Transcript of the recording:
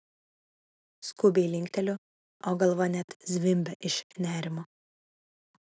skubiai linkteliu o galva net zvimbia iš nerimo